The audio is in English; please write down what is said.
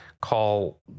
call